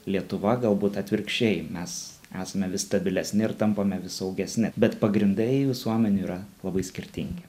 lietuva galbūt atvirkščiai mes esame vis stabilesni ir tampame vis saugesni bet pagrindai visuomenių yra labai skirtingi